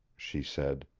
she said.